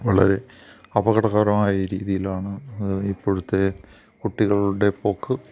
വളരെ അപകടകരമായ രീതിയിലാണ് ഇപ്പോഴത്തെ കുട്ടികളുടെ പോക്ക്